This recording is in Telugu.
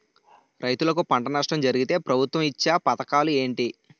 రైతులుకి పంట నష్టం జరిగితే ప్రభుత్వం ఇచ్చా పథకాలు ఏంటి?